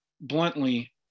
Bluntly